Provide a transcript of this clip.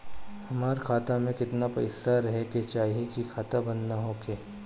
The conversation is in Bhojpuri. हमार खाता मे केतना पैसा रहे के चाहीं की खाता बंद ना होखे?